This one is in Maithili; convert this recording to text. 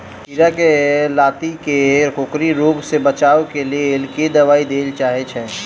खीरा केँ लाती केँ कोकरी रोग सऽ बचाब केँ लेल केँ दवाई देल जाय छैय?